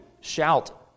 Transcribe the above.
shout